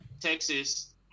Texas